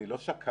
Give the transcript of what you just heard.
אני לא שקלתי.